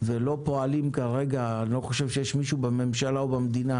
אני לא חושב שיש מישהו בממשלה או במדינה